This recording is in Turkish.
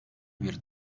bir